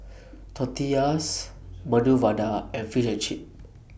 Tortillas Medu Vada and Fish and Chips